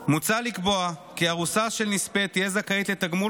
מוצע לקבוע כי ארוסה של נספה תהיה זכאית לתגמול